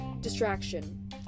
distraction